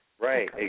Right